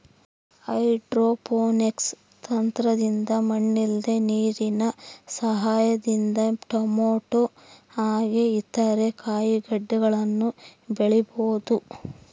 hydroponics ತಂತ್ರದಿಂದ ಮಣ್ಣಿಲ್ದೆ ನೀರಿನ ಸಹಾಯದಿಂದ ಟೊಮೇಟೊ ಹಾಗೆ ಇತರ ಕಾಯಿಗಡ್ಡೆಗಳನ್ನ ಬೆಳಿಬೊದು